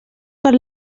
per